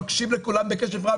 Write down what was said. מקשיב לכולם בקשב רב,